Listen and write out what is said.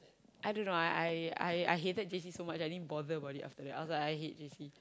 I don't know I I I I hated J_C so much I didn't bother about it after that I was like I hate J_C